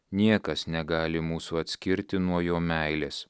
niekas negali mūsų atskirti nuo jo meilės